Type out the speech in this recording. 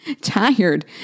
tired